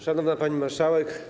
Szanowna Pani Marszałek!